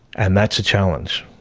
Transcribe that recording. and that's a challenge,